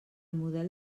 model